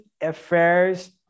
affairs